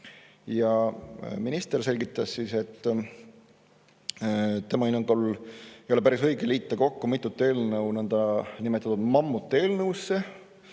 Minister selgitas, et tema hinnangul ei ole päris õige liita kokku mitut eelnõu nõndanimetatud mammuteelnõusse,